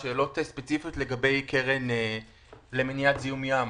שאלות ספציפיות לגבי קרן למניעת זיהום ים.